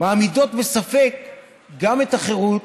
מעמידות בספק גם את החירות,